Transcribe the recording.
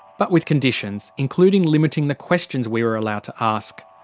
but with conditions, including limiting the questions we were allowed to ask.